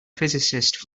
physicist